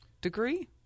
degree